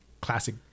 classic